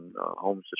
homes